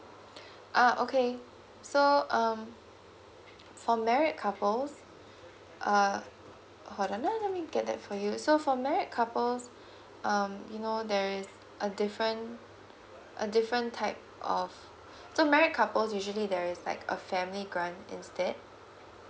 uh okay so um for married couples uh hold on uh let me get that for you so for married couples um you know there is a different uh different type of so married couples usually there is like a family grant instead